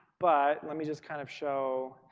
but let me just kind of show.